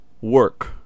work